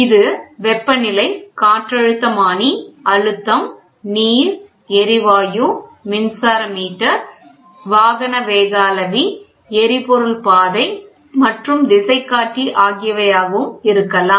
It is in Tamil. இது வெப்பநிலை காற்றழுத்தமானி அழுத்தம் நீர் எரிவாயு மின்சார மீட்டர் வாகன வேகஅளவி எரிபொருள் பாதை மற்றும் திசைகாட்டி ஆகியவையாக இருக்கலாம்